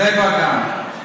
מבני-ברק גם.